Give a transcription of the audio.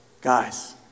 Guys